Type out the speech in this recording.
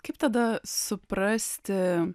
kaip tada suprasti